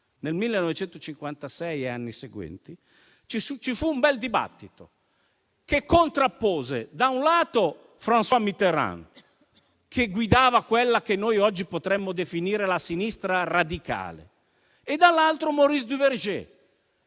nel 1956 e negli anni seguenti, ci fu un bel dibattito che contrappose - da un lato - François Mitterrand, che guidava quella che noi oggi potremmo definire la sinistra radicale, e - dall'altro lato - Maurice Duverger,